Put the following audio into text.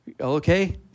Okay